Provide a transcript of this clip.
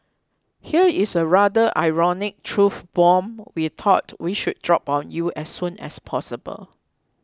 here is a rather ironic truth bomb we thought we should drop on you as soon as possible